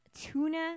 tuna